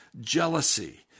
jealousy